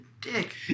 dick